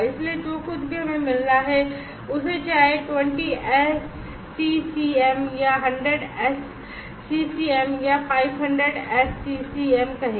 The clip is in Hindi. इसलिए जो कुछ भी हमें मिल रहा है उसे चाहे 20 SCCM या 100 SCCM या 500 SCCM कहें